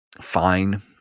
fine